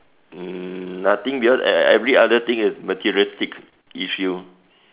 mm nothing because every other thing is materialistic issue